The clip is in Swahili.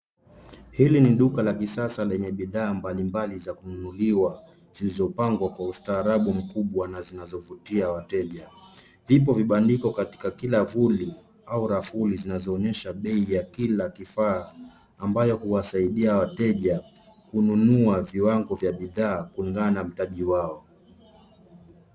Hili ni duka la kisasa lenye bidhaa mbalimbali za kununuliwa zilizopangwa kwa ustaarabu mkubwa na zinazovutia wateja. Ipo vibandiko katika kila vuli au rafuli zinazoonyesha bei ya kila kifaa, ambayo huwasaidia wateja kununua viwango vya bidhaa kulingana na mahitaji yao.